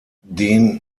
den